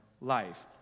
life